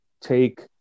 take